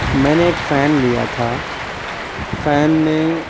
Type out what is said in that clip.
میں نے ایک فین لیا تھا فین میں